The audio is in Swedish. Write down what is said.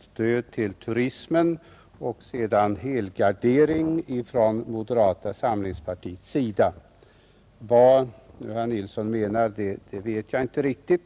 stödet till turismen och om helgardering från moderata samlingspartiets sida, Vad herr Nilsson menade vet jag inte riktigt.